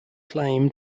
claim